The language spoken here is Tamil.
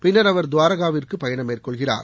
பின்னர் அவர் துவாரகாவிற்கு பயணம் மேற்கொள்கிறார்